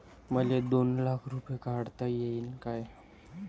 मले दोन लाख रूपे काढता येईन काय?